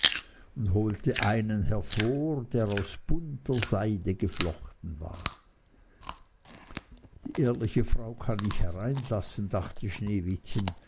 und holte einen hervor der aus bunter seide geflochten war die ehrliche frau kann ich hereinlassen dachte sneewittchen